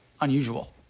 unusual